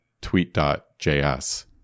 tweet.js